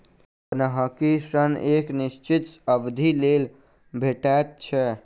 बन्हकी ऋण एक निश्चित अवधिक लेल भेटैत छै